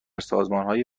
سازمانهای